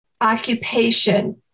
occupation